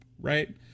right